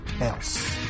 else